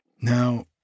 Now